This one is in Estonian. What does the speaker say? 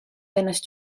ennast